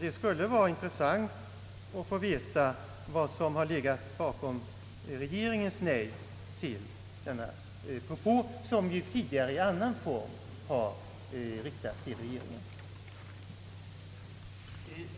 Det skulle vara intressant att få veta vad som ligger bakom regeringens avslag på denna propå, som ju tidigare i annan form har riktats till regeringen.